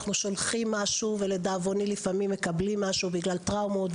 אנחנו שולחים משהו ולדאבוני לפעמים מקבלים משהו אחר בגלל טראומות,